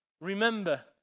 remember